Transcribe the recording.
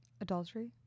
Adultery